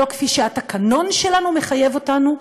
לא כפי שהתקנון שלנו מחייב אותנו,